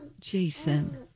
jason